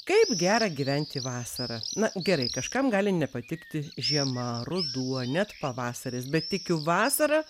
kaip gera gyventi vasarą na gerai kažkam gali nepatikti žiema ruduo net pavasaris bet tikiu vasara